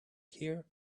here